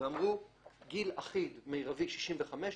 ואמרו - גיל אחיד מירבי 65,